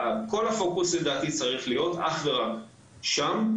כל הפוקוס לדעתי צריך להיות אך ורק שם.